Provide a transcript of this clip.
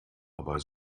aber